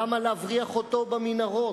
למה להבריח אותו במנהרות?